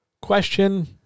Question